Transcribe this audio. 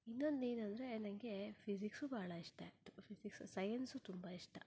ಇನ್ನೊಂದೇನಂದ್ರೆ ನನಗೆ ಫಿಸಿಕ್ಸ್ ಬಹಳ ಇಷ್ಟ ಇತ್ತು ಫಿಸಿಕ್ಸ್ ಸೈಯನ್ಸ್ ತುಂಬ ಇಷ್ಟ